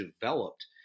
developed –